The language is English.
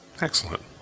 Excellent